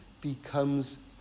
becomes